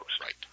Right